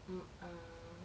mm uh